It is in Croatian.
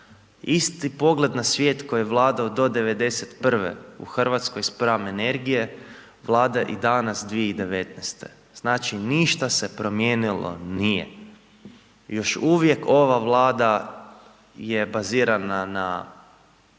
isti pogled na svijet koji vlada do '91. u Hrvatskoj spram energije vlada i danas 2019. Znači ništa se promijenilo nije. Još uvijek ova vlada je bazirana na